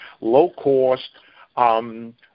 low-cost